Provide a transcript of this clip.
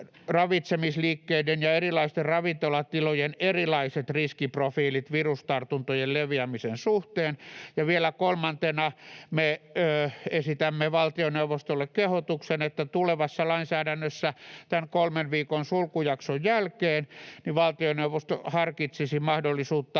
ravitsemisliikkeiden ja erilaisten ravintolatilojen erilaiset riskiprofiilit virustartuntojen leviämisen suhteen, ja vielä kolmantena me esitämme valtioneuvostolle kehotuksen, että tulevassa lainsäädännössä tämän kolmen viikon sulkujakson jälkeen valtioneuvosto harkitsisi mahdollisuutta